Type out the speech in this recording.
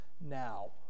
now